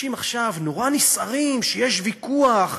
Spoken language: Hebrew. אנשים עכשיו נורא נסערים שיש ויכוח,